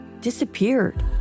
disappeared